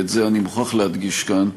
ואת זה אני מוכרח להדגיש כאן,